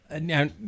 Now